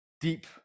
deep